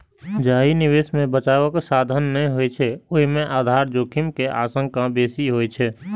जाहि निवेश मे बचावक साधन नै होइ छै, ओय मे आधार जोखिम के आशंका बेसी होइ छै